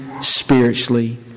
spiritually